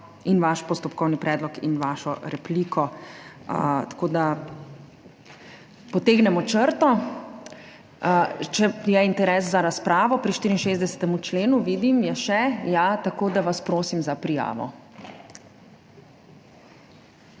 in vaš postopkovni predlog in vašo repliko. Tako da potegnemo črto. Je interes za razpravo pri 64. členu? Vidim, je še, tako da vas prosim za prijavo.